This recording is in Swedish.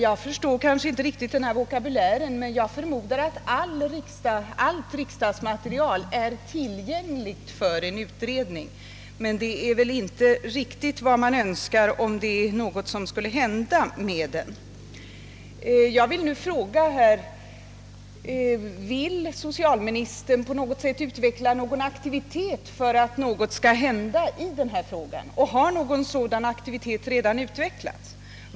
Jag förstår kanske inte riktigt denna vokabulär — jag förmodar att allt riksdagsmaterial är tillgängligt för en utredning. Men om det är något som skall hända i en utredning så är det väl inte riktigt detta man önskar. Jag ber nu att få fråga: Vill socialministern utveckla någon aktivitet för att något skall hända i detta ärende? Har någon sådan aktivitet redan utvecklats?